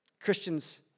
Christians